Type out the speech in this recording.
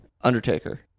Undertaker